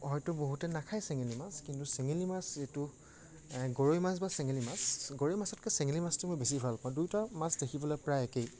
হয়তো বহুতে নাখায় চেঙেলী মাছ কিন্তু চেঙেলী মাছ যিটো গৰৈ মাছ বা চেঙেলী মাছ গৰৈ মাছতকৈ চেঙেলী মাছটো মই বেছি ভাল পাওঁ দুয়োটা মাছ দেখিবলৈ প্ৰায় একেই